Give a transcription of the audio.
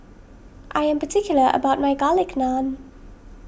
I am particular about my Garlic Naan